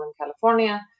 California